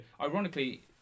ironically